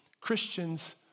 Christians